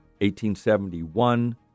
1871